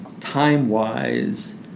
time-wise